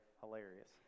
hilarious